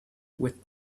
with